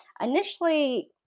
Initially